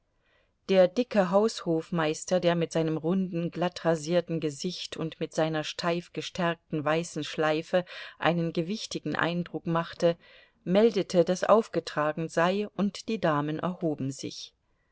der dicke haushofmeister der mit seinem runden glattrasierten gesicht und mit seiner steifgestärkten weißen schleife einen gewichtigen eindruck machte meldete daß aufgetragen sei und die damen erhoben sich